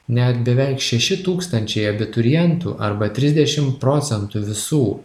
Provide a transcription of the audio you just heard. net beveik šeši tūkstančiai abiturientų arba trisdešimt procentų visų